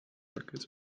records